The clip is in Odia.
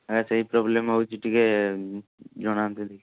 ଆଜ୍ଞା ସେହି ପ୍ରୋବ୍ଲେମ୍ ହେଉଛି ଟିକେ ଜଣାଇଦେଲି